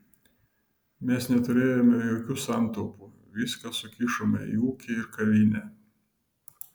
mes neturėjome jokių santaupų viską sukišome į ūkį ir kavinę